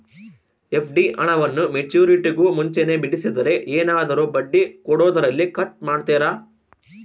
FD ಹಣವನ್ನು ಮೆಚ್ಯೂರಿಟಿಗೂ ಮುಂಚೆನೇ ಬಿಡಿಸಿದರೆ ಏನಾದರೂ ಬಡ್ಡಿ ಕೊಡೋದರಲ್ಲಿ ಕಟ್ ಮಾಡ್ತೇರಾ?